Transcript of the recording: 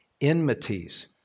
enmities